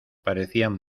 parecían